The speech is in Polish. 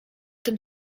tym